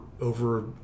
over